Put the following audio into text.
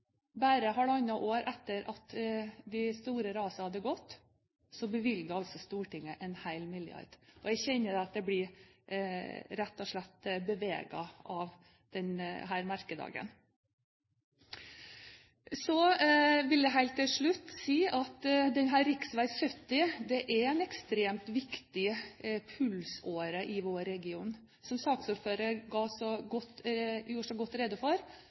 bare halvannet år etter at de store rasene gikk, bevilger altså Stortinget en hel milliard. Jeg kjenner at jeg rett og slett blir beveget av denne merkedagen. Helt til slutt vil jeg si at rv. 70 er en ekstremt viktig pulsåre i vår region. Som saksordføreren gjorde så godt